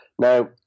now